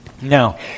now